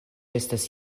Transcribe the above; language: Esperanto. estas